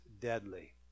deadly